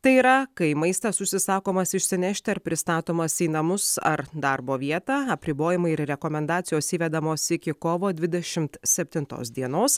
tai yra kai maistas užsisakomas išsinešti ar pristatomas į namus ar darbo vietą apribojimai ir rekomendacijos įvedamos iki kovo dvidešimt septintos dienos